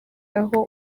aho